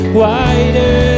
wider